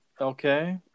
Okay